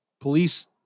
police